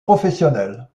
professionnels